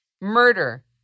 Murder